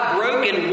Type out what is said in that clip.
broken